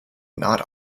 not